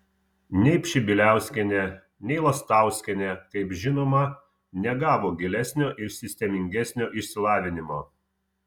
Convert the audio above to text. nei pšibiliauskienė nei lastauskienė kaip žinoma negavo gilesnio ir sistemingesnio išsilavinimo